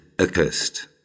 accursed